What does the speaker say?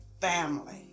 family